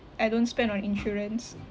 I don't spend on insurance